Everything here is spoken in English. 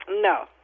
No